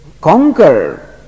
conquer